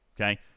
Okay